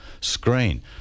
screen